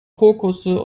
krokusse